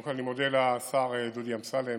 קודם כול, אני מודה לשר דודי אמסלם